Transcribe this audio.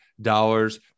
dollars